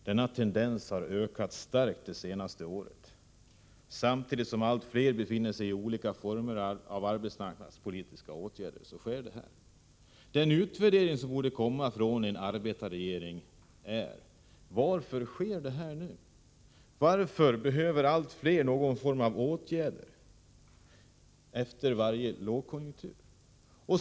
Denna tendens har ökat starkt under det senaste året, samtidigt som allt fler befinner sig i olika former av arbetsmarknadspolitiska åtgärder. En arbetarregering borde göra en utvärdering för att klargöra varför detta sker. Varför behöver allt fler olika former av åtgärder efter varje lågkonjunktur?